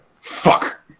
Fuck